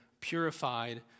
purified